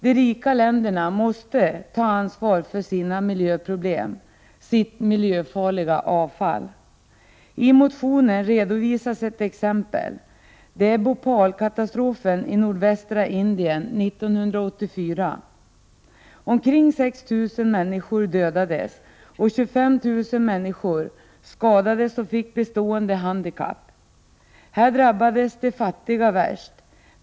De rika länderna måste ta ansvar för sina miljöproblem -— sitt miljöfarliga avfall. I motionen redovisas ett exempel, Bhopalkatastrofen i nordvästra Indien 1984. Omkring 6 000 människor dödades, och 25 000 människor skadades och fick bestående handikapp. Här drabbades de fattiga värst.